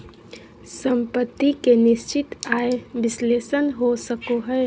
सम्पत्ति के निश्चित आय विश्लेषण हो सको हय